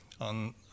on